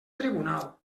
tribunal